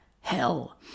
hell